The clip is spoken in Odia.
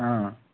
ହଁ